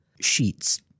sheets